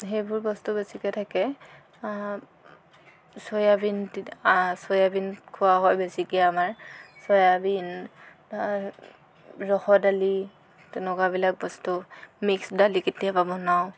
সেইবোৰ বস্তু বেছিকৈ থাকে চয়াবিন চয়াবিন খোৱা হয় বেছিকৈ আমাৰ চয়াবিন ৰহৰ দালি তেনেকুৱাবিলাক বস্তু মিক্স দালি কেতিয়াবা বনাওঁ